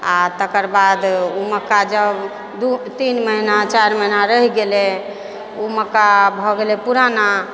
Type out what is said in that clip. आ तकरबाद ओ मक्का जब दू तीन महीना चारि महीना रहि गेलै ओ मक्का भऽ गेलै पुराना